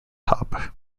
hop